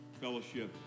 fellowship